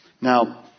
Now